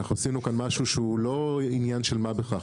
אנחנו עשינו כאן משהו שהוא לא עניין של מה בכך.